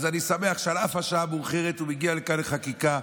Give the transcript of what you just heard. אז אני שמח שעל אף השעה המאוחרת הוא מגיע לכאן לחקיקה,